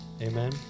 Amen